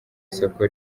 soko